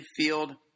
midfield